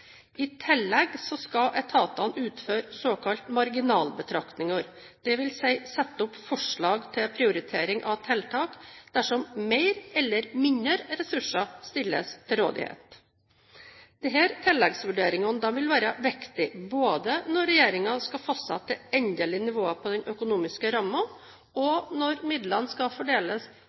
I tillegg skal etatene utføre såkalte marginalbetraktninger, dvs. sette opp forslag til prioritering av tiltak dersom mer eller mindre ressurser stilles til rådighet. Disse tilleggsvurderingene vil være viktige både når regjeringen skal fastsette det endelige nivået på den økonomiske rammen, og når midlene skal fordeles